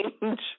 change